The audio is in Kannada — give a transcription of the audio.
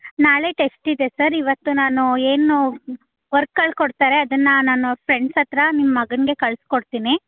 ನಾಳೆ ಟೆಸ್ಟ್ ಇದೆ ಸರ್ ಇವತ್ತು ನಾನು ಏನು ವರ್ಕ್ಗಳು ಕೊಡ್ತಾರೆ ಅದನ್ನು ನಾನು ಫ್ರೆಂಡ್ಸ್ ಹತ್ರ ನಿಮ್ಮ ಮಗನಿಗೆ ಕಳ್ಸಿಕೊಡ್ತೀನಿ